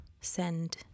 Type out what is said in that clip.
send